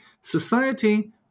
Society